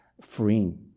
freeing